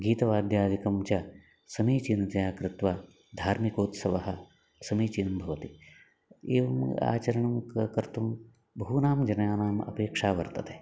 गीतं वाद्यादिकं च समीचीनतया कृत्वा धार्मिकोत्सवः समीचीनं भवति एवम् आचरणं क कर्तुं बहूनां जनानाम् अपेक्षा वर्तते